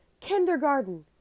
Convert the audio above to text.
kindergarten